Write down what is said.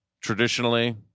traditionally